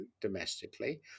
domestically